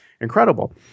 incredible